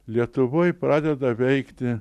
lietuvoj pradeda veikti